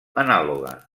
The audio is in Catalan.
anàloga